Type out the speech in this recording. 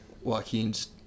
joaquin's